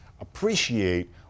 appreciate